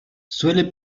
suele